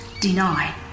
deny